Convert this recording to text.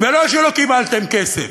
ולא שלא קיבלתם כסף,